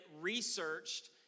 researched